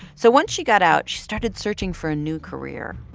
so once she got out, she started searching for a new career.